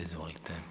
Izvolite.